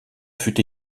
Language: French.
fut